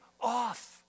off